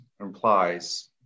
implies